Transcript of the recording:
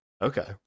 Okay